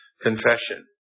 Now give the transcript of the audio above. confession